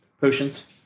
Potions